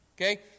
okay